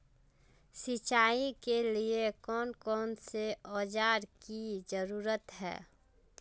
सिंचाई के लिए कौन कौन से औजार की जरूरत है?